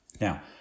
Now